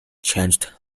changed